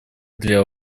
для